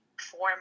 form